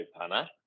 Panna